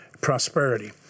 prosperity